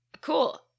cool